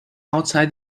outside